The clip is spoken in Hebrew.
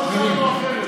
לא חשבנו אחרת.